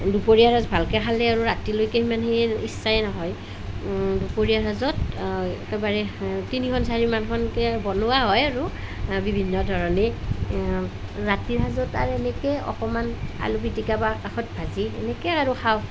দুপৰীয়াৰ সাজ ভালকৈ খালে আৰু ৰাতিলৈকে সিমান সেই ইচ্ছাই নহয় দুপৰীয়াৰ সাজত একেবাৰে তিনিখন চাৰিমানখনকৈ বনোৱা হয় আৰু বিভিন্ন ধৰণে ৰাতিৰ সাজত আৰু সেনেকৈয়ে অকণমান আলু পিটিকা বা কাষত ভাজি এনেকৈ আৰু খাওঁ